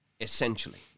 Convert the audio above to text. essentially